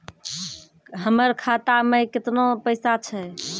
हमर खाता मैं केतना पैसा छह?